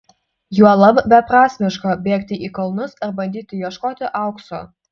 juolab beprasmiška bėgti į kalnus ar bandyti ieškoti aukso